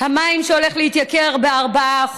המים שהולכים להתייקר ב-4%,